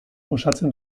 osatzen